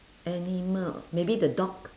animal maybe the dog